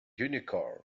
unicorn